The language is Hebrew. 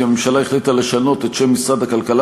כי הממשלה החליטה לשנות את שם משרד הכלכלה